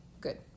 Good